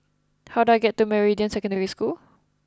how do I get to Meridian Secondary School